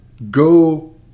Go